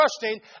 trusting